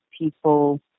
people